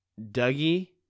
Dougie